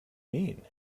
mean